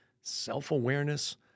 self-awareness